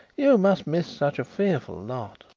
you must miss such a fearful lot.